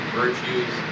virtues